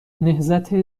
نهضت